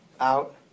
out